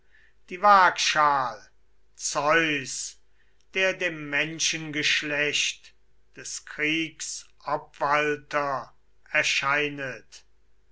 beiderlei völker zeus der dem menschengeschlecht des kriegs obwalter erscheinet